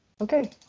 okay